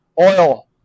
oil